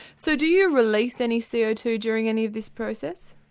so do you release any c o two during any of this process?